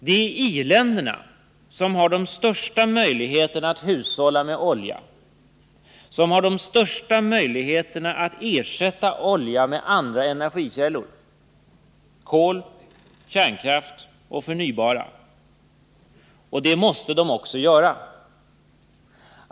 Det är i-länderna som har de största möjligheterna att hushålla med olja och att ersätta olja med andra energikällor — kol, kärnkraft och förnybara energikällor — och det måste de också göra.